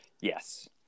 yes